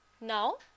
Now